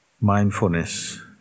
mindfulness